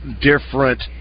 different